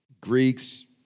Greeks